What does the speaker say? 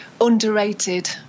underrated